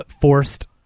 forced